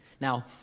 Now